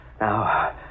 Now